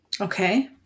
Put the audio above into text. Okay